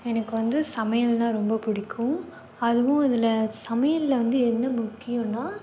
எனக்கு வந்து சமையல்னால் ரொம்ப பிடிக்கும் அதுவும் இதில் சமையல்ல வந்து என்ன முக்கியன்னா